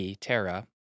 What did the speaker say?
Terra